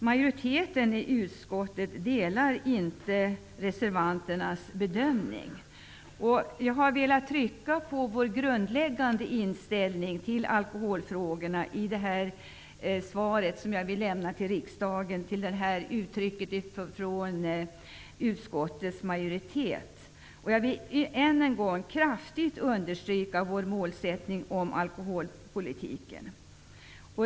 Majoriteten i utskottet delar inte reservanternas bedömning. Vi har i utskottsmajoritetens skrivning velat betona vår grundläggande inställning till alkoholfrågorna. Jag vill än en gång kraftigt understryka vår målsättning inom alkoholpolitiken.